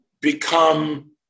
become